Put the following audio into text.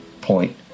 point